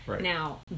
Now